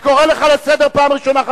אני קורא לך לסדר פעם ראשונה,